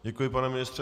Děkuji, pane ministře.